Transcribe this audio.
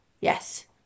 Yes